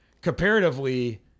Comparatively